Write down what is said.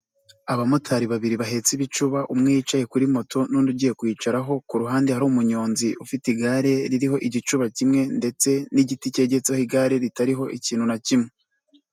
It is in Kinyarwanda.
Abamotari babiri bahetse ibicuba umwe yicaye kuri moto n'undi ugiye kwiyicaraho, ku ruhande hari umunyonzi ufite igare ririho igicuba kimwe ndetse n'igiti cyegetseho igare ritariho ikintu na kimwe.